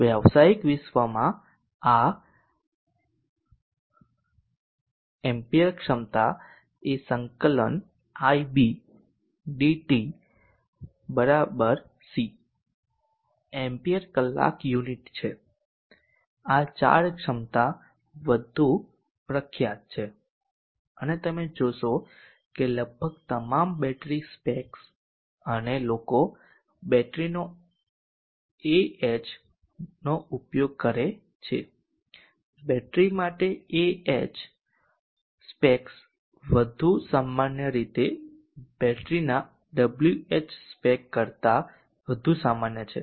વ્યવસાયિક વિશ્વમાં આ એમ્પીયર ક્ષમતા એ સંકલન ib dT C એમ્પીયર કલાક યુનિટ છેઆ ચાર્જ ક્ષમતા વધુ પ્રખ્યાત છે અને તમે જોશો કે લગભગ તમામ બેટરી સ્પેક્સ અને લોકો બેટરીનો Ah ઉપયોગ કરે છે બેટરી માટે Ah સ્પેક વધુ સામાન્ય રીતે બેટરીના WH સ્પેક કરતા વધુ સામાન્ય છે